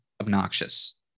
obnoxious